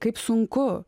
kaip sunku